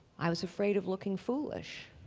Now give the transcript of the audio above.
i was afraid of looking foolish.